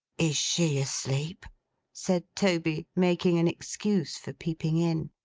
is she asleep said toby, making an excuse for peeping in.